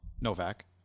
Novak